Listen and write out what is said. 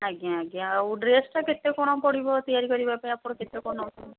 ଆଜ୍ଞା ଆଜ୍ଞା ଆଉ ଡ୍ରେସ୍ଟା କେତେ କ'ଣ ପଡ଼ିବ ତିଆରି କରିବାପାଇଁ ଆପଣ କେତେ କ'ଣ ନେଉଛନ୍ତି